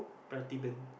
Prativedan